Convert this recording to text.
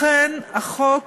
לכן, החוק